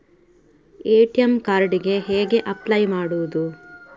ATM card ಗೆ ಹೇಗೆ apply ಮಾಡುವುದು?